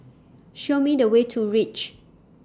Show Me The Way to REACH